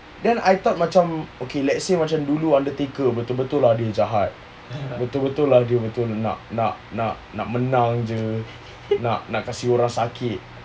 then I thought macam okay let's say macam dulu undertaker betul-betul lah dia jahat betul-betul lah dia nak nak nak menang jer nak kasi orang sakit